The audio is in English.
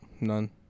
None